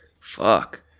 Fuck